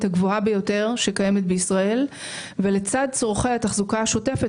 הגבוהה ביותר שקיימת בישראל ולצד צורכי התחזוקה השוטפת